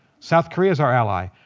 south korea's our ally.